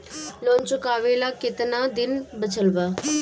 Loan चुकावे ला कितना दिन बचल बा?